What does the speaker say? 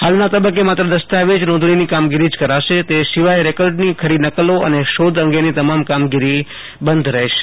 હાલના તબકકે માત્ર દસ્તાવેજ નોંધણીની કામગીરી જ કરાશે તે સિવાયની રેકર્ડની ખરીનકલો અને શોધ અંગેની તમામ કામગીરી બંધ રહેશે